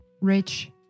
rich